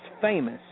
famous